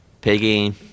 Piggy